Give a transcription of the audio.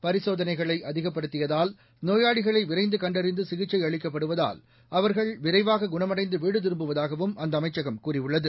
பரிசோதனைகளை அதிகப்படுத்தியாவ் நோயாளிகளை விரைந்து கண்டறிந்து சிகிச்சை அளிக்கப்படுவதால் அவர்கள் விரைவாக குணமடைந்து வீடு திரும்புவதாகவும் அந்த அமைச்சகம் கூறியுள்ளது